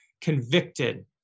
convicted